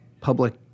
public